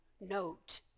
note